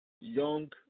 young